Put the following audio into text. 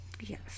Yes